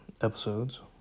episodes